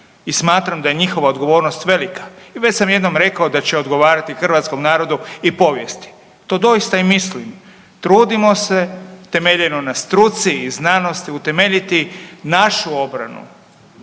smatram da je njihova odgovornost velika. I već sam jednom rekao da će odgovarati hrvatskom narodu i povijesti. To doista i mislim. Trudimo se temeljeno na struci i znanosti utemeljiti našu obranu.